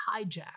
hijacked